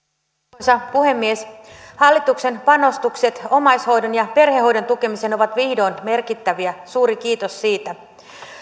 arvoisa puhemies hallituksen panostukset omaishoidon ja perhehoidon tukemiseen ovat vihdoin merkittäviä suuri kiitos siitä